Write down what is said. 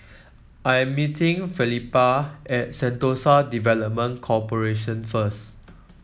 I am meeting Felipa at Sentosa Development Corporation first